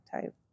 type